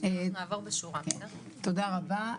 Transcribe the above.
חברת